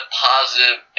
positive